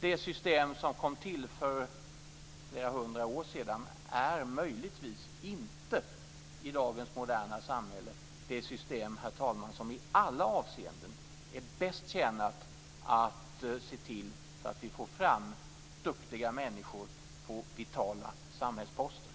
Det system som kom till för flera hundra år sedan är möjligtvis inte i dagens moderna samhälle det system som i alla avseenden är bäst tjänat att se till att vi får fram duktiga människor på vitala samhällsposter.